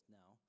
now